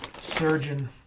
surgeon